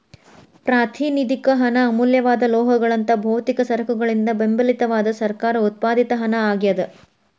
ಪ್ರಾತಿನಿಧಿಕ ಹಣ ಅಮೂಲ್ಯವಾದ ಲೋಹಗಳಂತಹ ಭೌತಿಕ ಸರಕುಗಳಿಂದ ಬೆಂಬಲಿತವಾದ ಸರ್ಕಾರ ಉತ್ಪಾದಿತ ಹಣ ಆಗ್ಯಾದ